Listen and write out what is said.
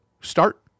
start